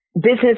business